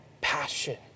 passion